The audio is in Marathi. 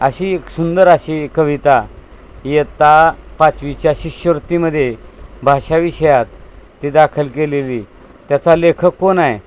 अशी एक सुंदर अशी कविता इयत्ता पाचवीच्या शिष्यवृत्तीमध्ये भाषाविषयात ते दाखल केलेली त्याचा लेखक कोण आहे आहे